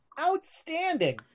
Outstanding